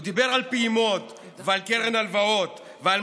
הוא דיבר על פעימות ועל קרן הלוואות ועל